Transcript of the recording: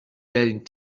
getting